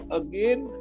again